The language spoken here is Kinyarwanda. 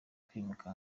kwimuka